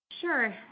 Sure